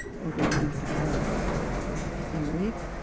organized ah work theories,